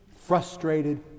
frustrated